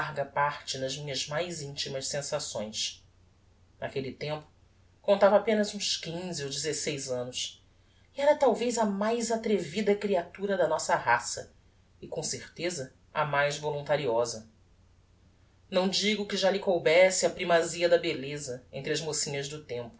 larga parte nas minhas mais intimas sensações naquelle tempo contava apenas uns quinze ou dezeseis annos e era talvez a mais atrevida creatura da nossa raça e com certeza a mais voluntariosa não digo que já lhe coubesse a primazia da belleza entre as mocinhas do tempo